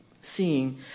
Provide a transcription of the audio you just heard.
seeing